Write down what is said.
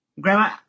Grandma